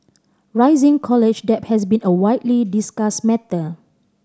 rising college debt has been a widely discussed matter